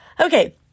Okay